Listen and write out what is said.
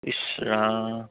ইছ Ram